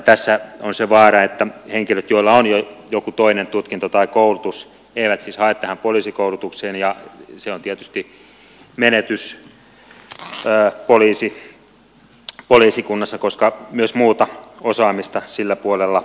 tässä on se vaara että henkilöt joilla on jo joku toinen tutkinto tai koulutus eivät hae tähän poliisikoulutukseen ja se on tietysti menetys poliisikunnassa koska myös muuta osaamista sillä puolella tarvitaan